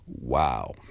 Wow